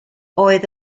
oedd